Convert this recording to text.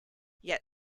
yet